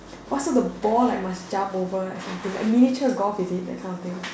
pass her the ball so must jump over and something like miniature golf is it that kind of thing